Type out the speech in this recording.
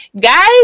guys